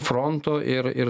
fronto ir ir